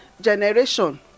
generation